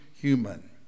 human